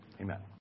Amen